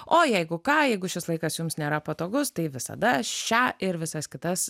o jeigu ką jeigu šis laikas jums nėra patogus tai visada šią ir visas kitas